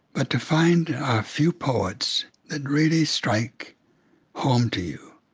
ah to find a few poets that really strike home to you